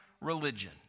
religion